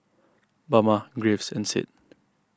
Bama Graves and Sid